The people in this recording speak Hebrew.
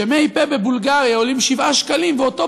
שמֵי-פה בבולגריה עולים 7 שקלים ואותו